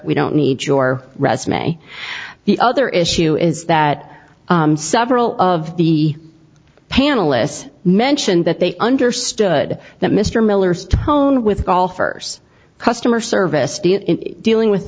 we don't need your resume the other issue is that several of the panelists mentioned that they understood that mr miller's tone with golfers customer service dealing with